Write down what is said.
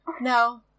No